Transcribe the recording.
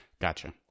Gotcha